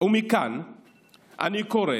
ומכאן אני קורא,